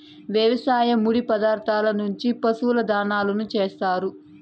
వ్యవసాయ ముడి పదార్థాల నుంచి పశువుల దాణాను చేత్తారు